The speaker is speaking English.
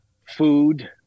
food